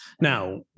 now